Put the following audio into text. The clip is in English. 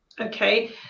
Okay